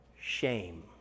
shame